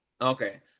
okay